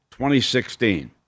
2016